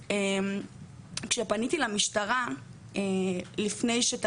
הרגשתי שלא היה מה לעשות.